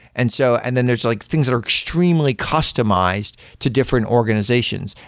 and so and then there's like things that are extremely customized to different organizations.